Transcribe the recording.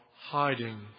hiding